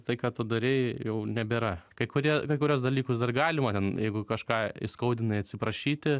tai ką tu darei jau nebėra kai kurie kai kuriuos dalykus dar galima ten jeigu kažką įskaudinai atsiprašyti